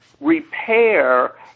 repair